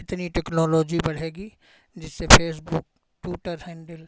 इतनी टेक्नोलॉजी बढ़ेगी जिससे फ़ेसबुक ट्विटर हैन्डिल